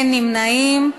אין נמנעים.